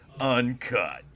Uncut